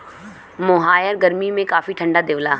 मोहायर गरमी में काफी ठंडा देवला